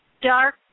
dark